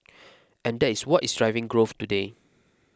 and that is what is driving growth today